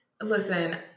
listen